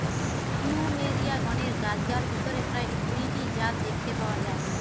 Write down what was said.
plumeria গণের গাছগার ভিতরে প্রায় কুড়ি টি জাত দেখতে পাওয়া যায়